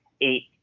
eight